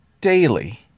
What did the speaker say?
daily